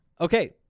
Okay